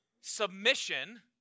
submission